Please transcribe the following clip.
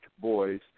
boys